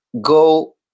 go